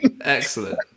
Excellent